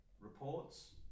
reports